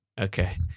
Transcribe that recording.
Okay